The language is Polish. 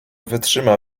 wytrzyma